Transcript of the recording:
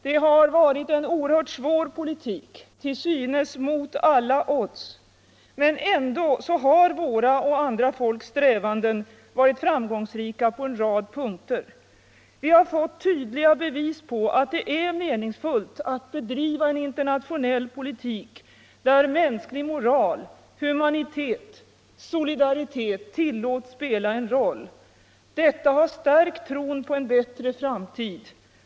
Det har varit en oerhört svår politik, till synes mot alla odds. Men ändå har våra och andra folks strävanden varit framgångsrika på en mängd områden. Vi har fått tydliga bevis för att det är meningsfullt att bedriva en internationell politik där mänsklig moral, humanitet och solidaritet tillåts spela en roll. Detta har stärkt tron på en bättre framtid.